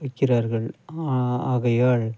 வைக்கிறார்கள் ஆகையால்